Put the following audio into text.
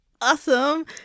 Awesome